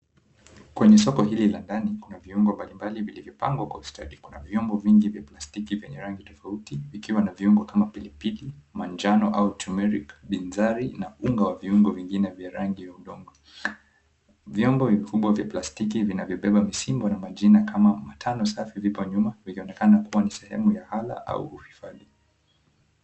Kwenye soko hili la ndani kuna viungo mbalimbali vilivyopangwa kwa ustadi kuna vyombo vingi vya plastiki vyenye rangi tofauti vikiwa na viungo kama pilipili manjano au tumeric , binzari na unga wa viungo vingine vya rangi ya udongo. Vyombo vikubwa vya plastiki vinavyobeba misimbo na majina kama Matano safi vipo nyuma ikionekana ni sehemu ya ghala au hifadhi.